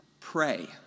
Pray